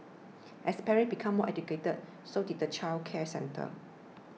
as parents became more educated so did the childcare centres